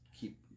keep